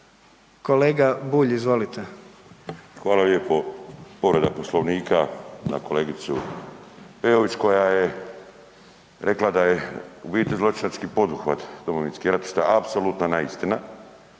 **Bulj, Miro (MOST)** Hvala lijepo. Povreda Poslovnika na kolegicu Peović koja je rekla da je u biti zločinački poduhvat Domovinski rat što je apsolutna neistina.